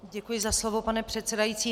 Děkuji za slovo, pane předsedající.